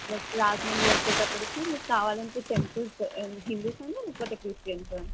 next Rajahmundry వచ్చేటప్పటికి కావాలంటే temples ఎమన్నా హిందూస్ అండి లేకపోతే క్రిస్టియన్స్